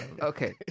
okay